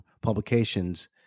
publications